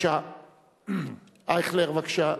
חבר הכנסת אייכלר, בבקשה.